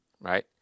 right